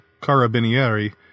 Carabinieri